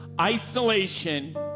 Isolation